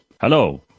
Hello